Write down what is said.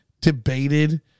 debated